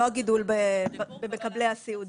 לא גידול במקבלי הסיעוד.